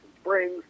springs